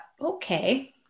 okay